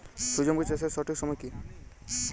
সূর্যমুখী চাষের সঠিক সময় কি?